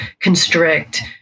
constrict